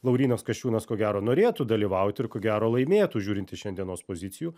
laurynas kasčiūnas ko gero norėtų dalyvauti ir ko gero laimėtų žiūrint iš šiandienos pozicijų